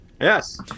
Yes